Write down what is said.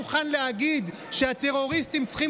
ולא מוכן להגיד שהטרוריסטים צריכים